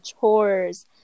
chores